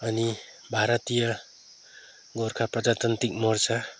अनि भारतीय गोर्खा प्रजातन्त्रिक मोर्चा